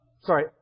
Sorry